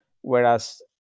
whereas